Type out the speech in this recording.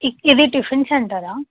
ఇది టిఫిన్ సెంటరా